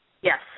Yes